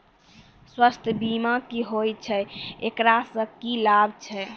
स्वास्थ्य बीमा की होय छै, एकरा से की लाभ छै?